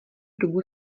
dobu